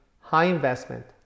high-investment